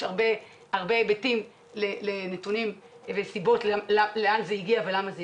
הרבה היבטים וסיבות לאן זה הגיע ולמה.